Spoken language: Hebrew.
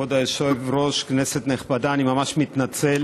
כבוד היושב-ראש, כנסת נכבדה, אני ממש מתנצל,